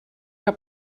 que